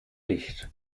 licht